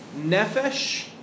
nefesh